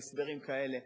להסדרים כאלה,